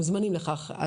מוזמנים לכך.